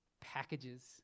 packages